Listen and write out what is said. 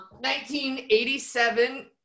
1987